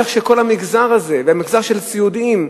שכל המגזר הזה והמגזר של הסיעודיים,